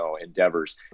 endeavors